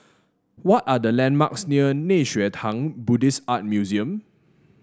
what are the landmarks near Nei Xue Tang Buddhist Art Museum